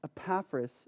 Epaphras